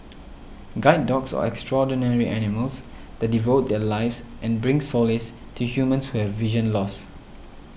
guide dogs are extraordinary animals that devote their lives and bring solace to humans who have vision loss